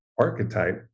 archetype